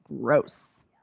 Gross